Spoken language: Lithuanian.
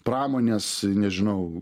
pramonės nežinau